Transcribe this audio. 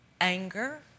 anger